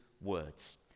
words